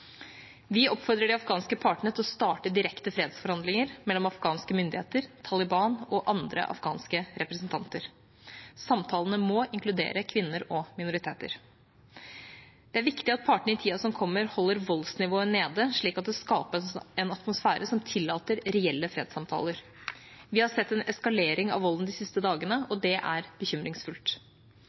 Vi oppfordrer de afghanske partene til å starte direkte fredsforhandlinger mellom afghanske myndigheter, Taliban og andre afghanske representanter. Samtalene må inkludere kvinner og minoriteter. Det er viktig at partene i tida som kommer, holder voldsnivået nede, slik at det skapes en atmosfære som tillater reelle fredssamtaler. Vi har sett en eskalering av volden de siste dagene, og det er bekymringsfullt.